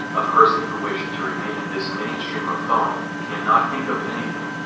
a person who wished to remain in this mainstream of thought, cannot think of anything,